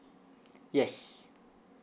yes